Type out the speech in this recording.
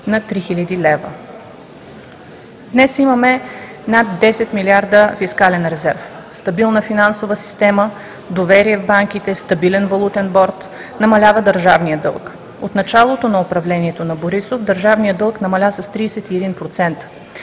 Днес имаме над 10 милиарда фискален резерв, стабилна финансова система, доверие в банките, стабилен валутен борд, намалява държавният дълг. От началото на управлението на Борисов държавният дълг намаля с 31%